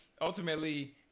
ultimately